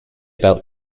belt